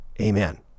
Amen